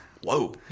Whoa